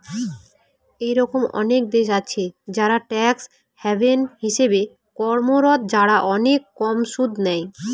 এরকম অনেক দেশ আছে যারা ট্যাক্স হ্যাভেন হিসেবে কর্মরত, যারা অনেক কম সুদ নেয়